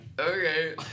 Okay